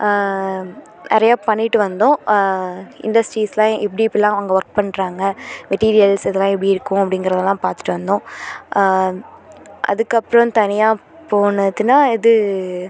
நிறையா பண்ணிவிட்டு வந்தோம் இண்டஸ்ட்ரீஸ்லாம் எப்படி எப்படிலாம் அவங்க ஒர்க் பண்றாங்க மெட்டீரியல் இதெல்லாம் எப்படி இருக்கும் அப்படிங்கிறதெல்லாம் பார்த்துட்டு வந்தோம் அதுக்கப்புறம் தனியாக போனதுனால் இது